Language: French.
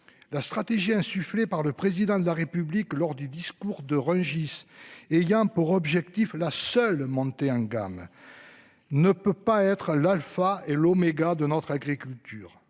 La stratégie insufflé par le président de la République lors du discours de Rungis et il y a pour objectif la seule montée en gamme. Ne peut pas être l'Alpha et l'oméga de notre agriculture